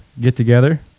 get-together